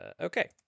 okay